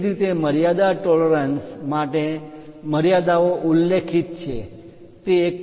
તેવી જ રીતે મર્યાદા ટોલરન્સ પરિમાણ માં માન્ય તફાવત માટે મર્યાદાઓ ઉલ્લેખિત છે તે 1